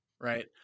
Right